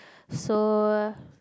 so